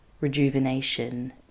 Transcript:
rejuvenation